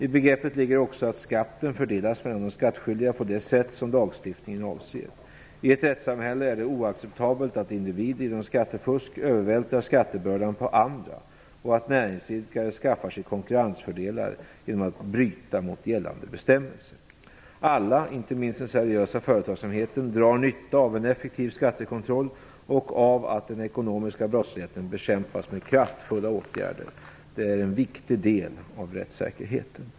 I begreppet ligger också att skatten fördelas mellan de skattskyldiga på det sätt som lagstiftningen avser. I ett rättssamhälle är det oacceptabelt att individer genom skattefusk övervältrar skattebördan på andra och att näringsidkare skaffar sig konkurrensfördelar genom att bryta mot gällande bestämmelser. Alla - inte minst den seriösa företagsamheten - drar nytta av en effektiv skattekontroll och av att den ekonomiska brottsligheten bekämpas med kraftfulla åtgärder. Detta är en viktig del av rättssäkerheten.